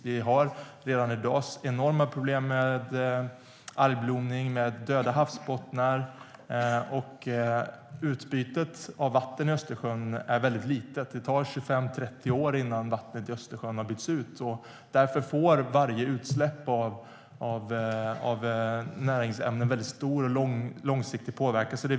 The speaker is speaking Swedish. Vi har redan i dag enorma problem med algblomning och döda havsbottnar. Utbytet av vatten i Östersjön är väldigt litet. Det tar 25-30 år innan vattnet i Östersjön har bytts ut. Därför får varje utsläpp av näringsämnen väldigt stor långsiktig påverkan.